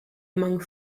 among